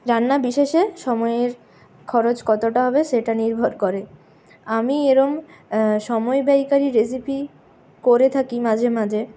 রান্না বিশেষে সময়ের খরচ কতটা হবে সেটা নির্ভর করে আমি এরকম সময় ব্যয়কারী রেসিপি করে থাকি মাঝে মাঝে